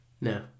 No